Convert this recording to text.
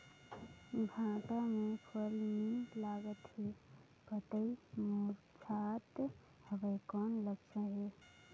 भांटा मे फल नी लागत हे पतई मुरझात हवय कौन लक्षण हे?